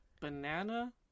banana